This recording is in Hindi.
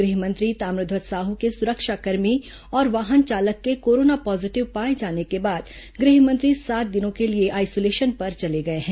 गृह मंत्री ताम्रध्वज साहू के सुरक्षाकर्मी और वाहन चालक के कोरोना पॉजीटिव पाए जाने के बाद गृह मंत्री सात दिनों के लिए आइसोलेशन पर चले गए हैं